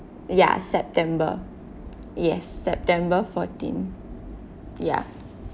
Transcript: yeah september yes september fourteen ya